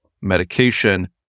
medication